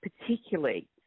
particularly